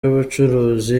y’ubucuruzi